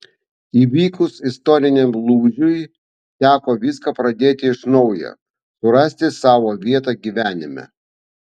įvykus istoriniam lūžiui teko viską pradėti iš naujo surasti savo vietą gyvenime